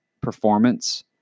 performance